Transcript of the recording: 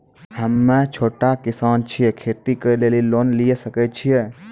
हम्मे छोटा किसान छियै, खेती करे लेली लोन लिये सकय छियै?